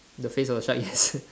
the face of the shark yes